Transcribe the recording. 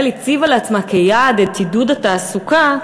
הציבה לעצמה כיעד את עידוד התעסוקה,